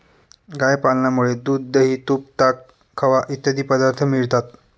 गाय पालनामुळे दूध, दही, तूप, ताक, खवा इत्यादी पदार्थ मिळतात